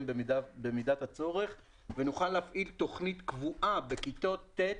במידת הצורך ונוכל להפעיל תוכנית קבועה בכיתות ט'